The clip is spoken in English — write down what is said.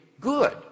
good